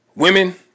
Women